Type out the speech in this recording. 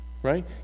Right